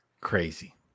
Crazy